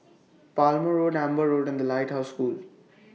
Palmer Road Amber Road and The Lighthouse School